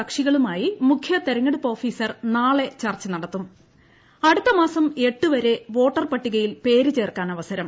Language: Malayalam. കക്ഷികളുമായി മുഖ്യ ത്രെഞ്ഞെടുപ്പ് ഓഫീസർ നാളെ ചർച്ച നടത്തുക അടുത്ത മാസ്റ്റ എട്ട് വരെ വോട്ടർ പട്ടികയിൽ ന് പേര് ചേർക്കാൻ അവസരം